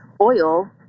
oil